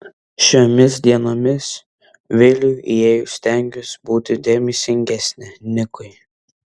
šiomis dienomis viliui įėjus stengiuosi būti dėmesingesnė nikui